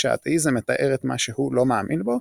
שהאתאיזם מתאר את מה שהוא לא מאמין בו,